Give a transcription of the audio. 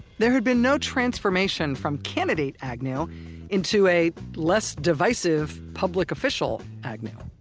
there had been no transformation from candidate agnew into a less divisive public official agnew.